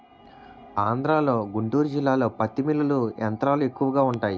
ఆంధ్రలో గుంటూరు జిల్లాలో పత్తి మిల్లులు యంత్రాలు ఎక్కువగా వుంటాయి